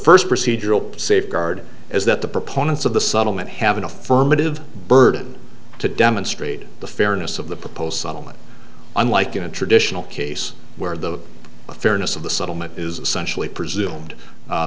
first procedural safeguard is that the proponents of the subtle might have an affirmative burden to demonstrate the fairness of the proposed settlement unlike in a traditional case where the fairness of the settlement is essentially presumed